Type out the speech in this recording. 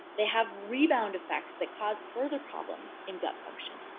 they have rebound effects that cause further problems in gut function.